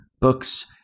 books